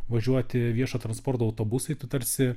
važiuoti viešo transporto autobusai tu tarsi